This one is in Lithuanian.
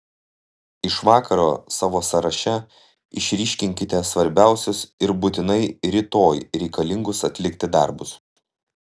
iš vakaro savo sąraše išryškinkite svarbiausius ir būtinai rytoj reikalingus atlikti darbus